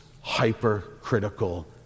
hypercritical